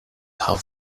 half